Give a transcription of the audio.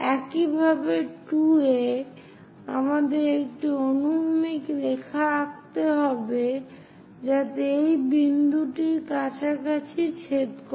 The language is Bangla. একইভাবে 2 এ আমাদের একটি অনুভূমিক রেখা আঁকতে হবে যাতে এই বিন্দুটির কাছাকাছি ছেদ করে